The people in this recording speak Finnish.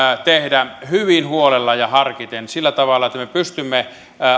tehdä hyvin huolella ja harkiten sillä tavalla että me pystymme